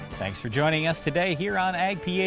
thanks for joining us today here on ag phd,